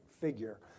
figure